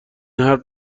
حرف